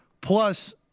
plus